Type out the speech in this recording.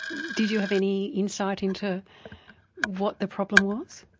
did you have any insight into what the problem was?